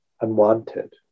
unwanted